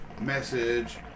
message